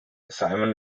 simon